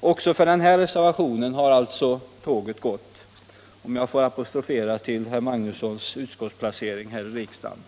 Också för den här reservationen har alltså tåget gått, om jag får anknyta till herr Magnussons i Kristinehamn utskottsplacering här i riksdagen.